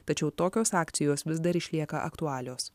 tačiau tokios akcijos vis dar išlieka aktualios